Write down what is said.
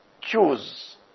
choose